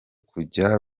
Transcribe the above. kujya